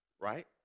right